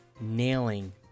nailing